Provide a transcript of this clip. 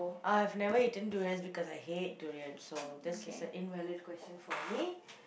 I have never eaten durian because I hate durian so this is an invalid question for me